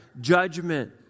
judgment